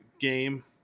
game